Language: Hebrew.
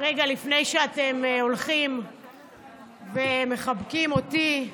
לפני שאתם הולכים ומחבקים אותי,